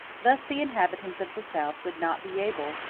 thus the inhabitants of the south would not be able,